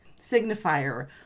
signifier